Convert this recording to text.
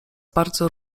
bardzo